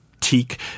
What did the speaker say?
teak